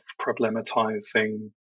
problematizing